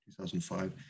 2005